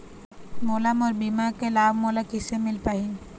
मोला मोर बीमा के लाभ मोला किसे मिल पाही?